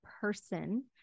person